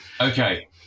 Okay